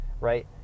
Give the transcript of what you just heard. Right